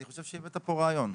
אני חושב שהבאת פה רעיון.